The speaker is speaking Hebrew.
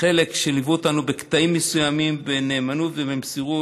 חלק ליוו אותנו בקטעים מסוימים בנאמנות ובמסירות,